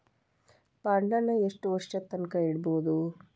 ಬಾಂಡನ್ನ ಯೆಷ್ಟ್ ವರ್ಷದ್ ತನ್ಕಾ ಇಡ್ಬೊದು?